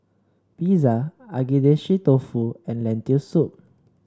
Pizza Agedashi Dofu and Lentil Soup